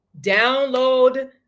download